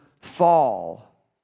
fall